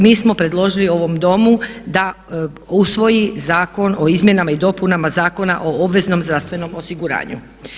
Mi smo predložili ovom Domu da usvoji zakon o izmjenama i dopunama Zakona o obveznom zdravstvenom osiguranju.